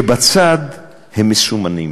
שבצד מסומנים